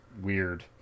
weird